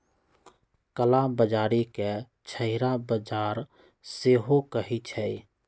कला बजारी के छहिरा बजार सेहो कहइ छइ